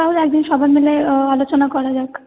তাহলে একদিন সবাই মিলে আলোচনা করা যাক